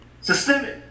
Systemic